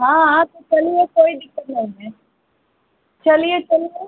हाँ हाँ तो चलिए कोई दिक्कत नहीं है चलिए चलिए